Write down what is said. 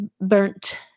burnt